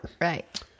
Right